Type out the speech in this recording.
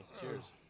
Cheers